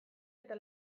eta